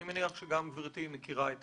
אני מניח שגם גברתי מכירה את